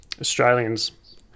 australians